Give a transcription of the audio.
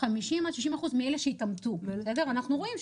במיוחד בעידן של היום שאנחנו מדברים על